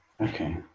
Okay